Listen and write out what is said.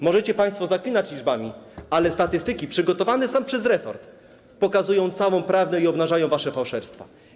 Możecie państwo zaklinać liczbami, ale statystyki są przygotowane przez resort, pokazują całą prawdę i obnażają wasze fałszerstwa.